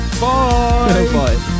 Bye